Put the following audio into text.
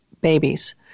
babies